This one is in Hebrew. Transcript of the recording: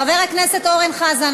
חבר הכנסת אורן חזן.